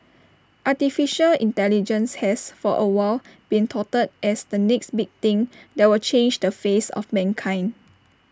Artificial Intelligence has for A while been touted as the next big thing that will change the face of mankind